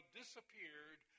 disappeared